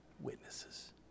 witnesses